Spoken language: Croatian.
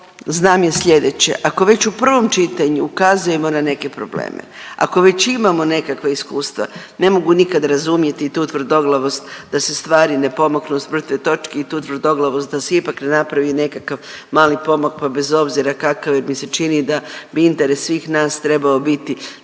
znam je sljedeće, ako već u prvom čitanju ukazujemo na neke probleme, ako već imamo nekakva iskustva ne mogu nikad razumjeti tu tvrdoglavost da se stvari ne pomaknu s mrtve točke i tu tvrdoglavost da se ipak ne napravi nekakav mali pomak pa bez obzira kakav jer mi se čini da bi interes svih nas trebao biti